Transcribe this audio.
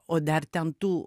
o dar ten tų